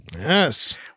Yes